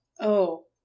Oh